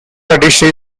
origin